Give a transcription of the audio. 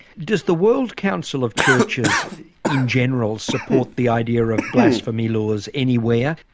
does the world council of churches in general support the idea of blasphemy laws anywhere?